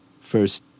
first